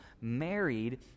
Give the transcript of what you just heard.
married